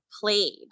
played